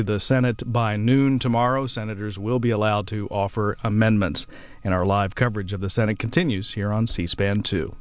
to the senate by noon tomorrow senators will be allowed to offer amendments and our live coverage of the senate continues here on c span to